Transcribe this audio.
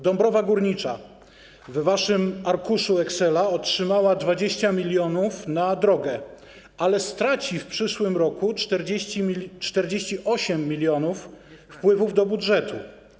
Dąbrowa Górnicza w waszym arkuszu Excela otrzymała 20 mln na drogę, ale straci w przyszłym roku 48 mln wpływów do budżetu.